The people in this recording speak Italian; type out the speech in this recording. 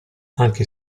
anche